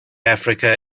africa